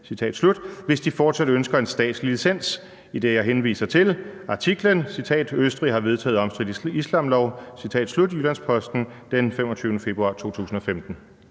hvis de fortsat ønsker en statslig licens, idet jeg henviser til artiklen »Østrig har vedtaget omstridt islamlov« i Jyllands-Posten den 25. februar 2015?